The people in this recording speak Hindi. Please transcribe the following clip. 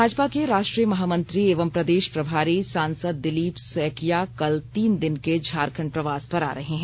भाजपा के राष्ट्रीय महामंत्री एवं प्रदेश प्रभारी सांसद दिलीप सैकिया कल तीन दिन के झारखंड प्रवास पर आ रहे हैं